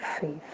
faith